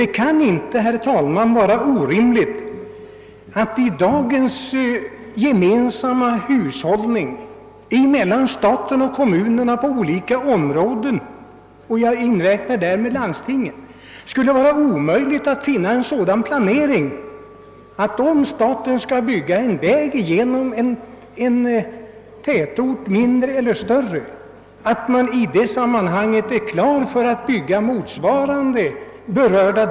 Det kan inte vara orimligt att i dagens gemensamma hushållning mellan staten och kommunerna på olika områden — och jag inräknar däri även landstingen — åstadkomma en sådan planering, att även de berörda kommunerna kan medverka i sådana fall där staten skall bygga en väg genom en mindre eller 'större tätort.